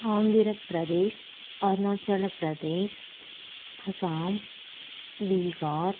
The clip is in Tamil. ஆந்திரப்பிரதேஸ் அருணாச்சலப்பிரதேஸ் அஸ்ஸாம் பீகார்